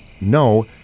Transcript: No